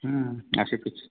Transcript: असे पिच्च